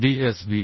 DSB